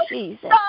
Jesus